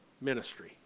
ministry